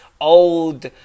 old